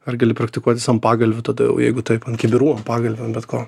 ar gali praktikuotis ant pagalvių tada jau jeigu taip ant kibirų ant pagalvių ant bet ko